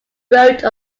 wrote